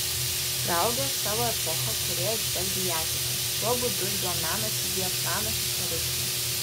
praaugęs savo epochą kūrėjas žvelgia į ateitį tuo būdu jo menas įgyja pranašišką reikšmę